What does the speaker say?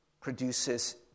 produces